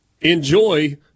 Enjoy